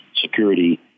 security